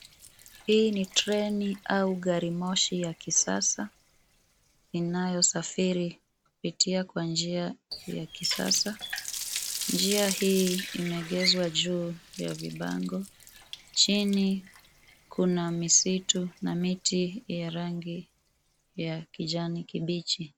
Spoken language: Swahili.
Hii ni treni au garimoshi ya kisasa inayosafiri kupitia kwa njia ya kisasa. Njia hii imeegeshwa juu ya vibango. Chini kuna misitu na miti ya rangi ya kijani kibichi.